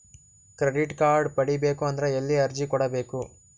Credit card ಪಡಿಬೇಕು ಅಂದ್ರ ಎಲ್ಲಿ ಅರ್ಜಿ ಕೊಡಬೇಕು?